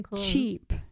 cheap